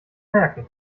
merken